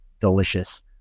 delicious